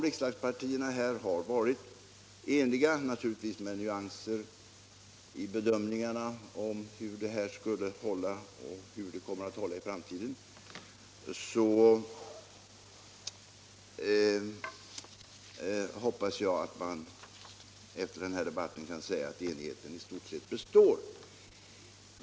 Riksdagspartierna har varit eniga — naturligtvis med nyanser i bedömningarna av hur handlingsprogrammet kommer att hålla i framtiden — och jag hoppas att man efter denna debatt kan säga att enigheten i stort sett består.